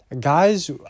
guys